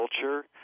culture